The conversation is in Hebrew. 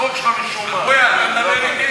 תודה רבה לחבר הכנסת